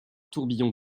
tourbillon